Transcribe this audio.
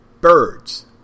birds